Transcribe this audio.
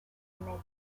making